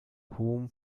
whom